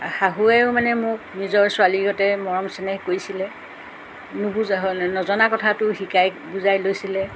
শাহুৱেও মানে মোক নিজৰ ছোৱালী গতেই মৰম চেনেহ কৰিছিলে নুবুজা হ'লে নজনা কথাটোও শিকাই বুজাই লৈছিলে